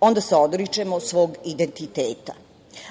onda se odričemo svog identiteta.